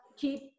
keep